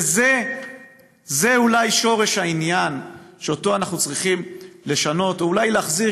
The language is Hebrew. וזה אולי שורש העניין שאותו אנחנו צריכים לשנות או אולי להחזיר